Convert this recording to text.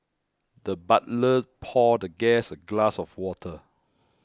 the butler poured the guest a glass of water